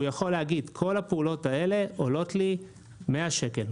הוא יכול להגיד שכל הפעולות האלה עולות לו 100 שקל,